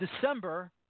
December